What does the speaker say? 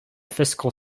fiscal